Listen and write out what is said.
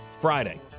Friday